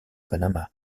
panama